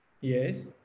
yes